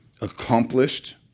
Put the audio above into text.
Accomplished